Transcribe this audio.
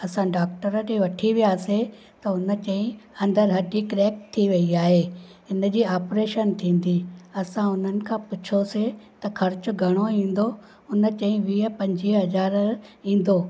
असां डॉक्टर ॾे वठी वियासीं त हुन चई अंदरु हडी क्रेक थी वई आहे हिनजी ऑपरेशन थींदी असां उन्हनि खां पुछियोसीं त ख़र्चु घणो ईंदो उन चयईं वीह पंजुवीह हज़ार ईंदो